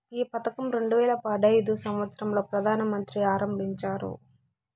ఈ పథకం రెండు వేల పడైదు సంవచ్చరం లో ప్రధాన మంత్రి ఆరంభించారు